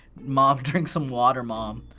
mom, drink some water, mom.